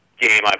game